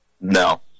No